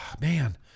man